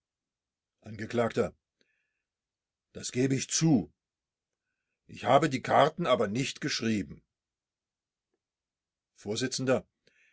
angekl das gebe ich zu ich habe die karten aber nicht geschrieben